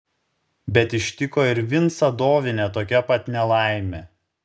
bet ištiko ir vincą dovinę tokia pat nelaimė